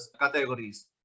categories